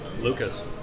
Lucas